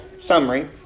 summary